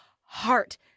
heart